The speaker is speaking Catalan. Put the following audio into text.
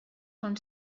són